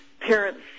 parents